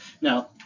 Now